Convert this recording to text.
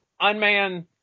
Unmanned